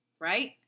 right